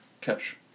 catch